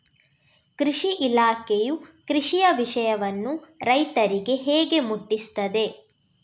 ಕೃಷಿ ಇಲಾಖೆಯು ಕೃಷಿಯ ವಿಷಯವನ್ನು ರೈತರಿಗೆ ಹೇಗೆ ಮುಟ್ಟಿಸ್ತದೆ?